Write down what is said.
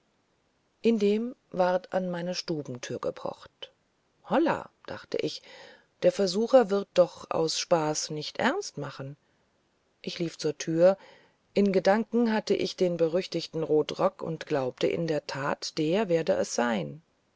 indem ward an meine stubentür gepocht hollah dachte ich der versucher wird doch aus spaß nicht ernst machen ich lief zur tür in gedanken hatte ich den berüchtigten rotrock und glaubte in der tat der werde es sein